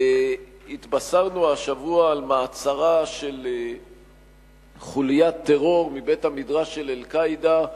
התבשרנו השבוע על מעצרה של חוליית טרור מבית-המדרש של "אל-קאעידה",